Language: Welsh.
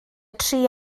tri